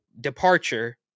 departure